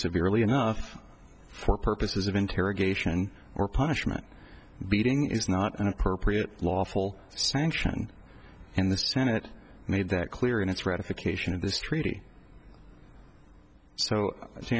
severely enough for purposes of interrogation or punishment beating is not an appropriate lawful sanction and the senate made that clear in its ratification of this treaty so the